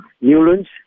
Newlands